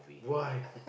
why